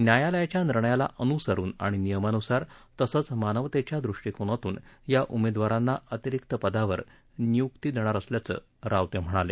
न्यायालयाच्या निर्णयाला अनुसरून आणि नियमानुसार तसंच मानवतेच्या दृष्टीकोनातून या उमेदवारांना अतिरिक्त पदावर नियुक्ती देणार असल्याचं रावते म्हणाले